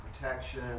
protection